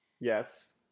Yes